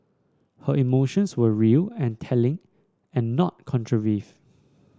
her emotions were real and telling and not